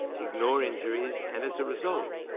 ignore injuries, and as a result,